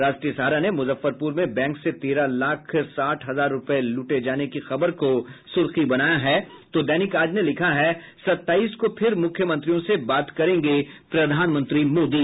राष्ट्रीय सहारा ने मुजफ्फरपुर में बैंक से तेरह लाख साठ हजार रूपये लूटे जाने की खबर को सुर्खी बनाया है तो दैनिक आज ने लिखा है सत्ताईस को फिर मुख्यमंत्रियों से बात करेंगे प्रधानमंत्री मोदी